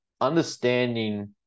understanding